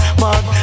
man